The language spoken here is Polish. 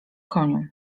koniu